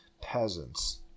peasants